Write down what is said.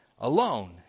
alone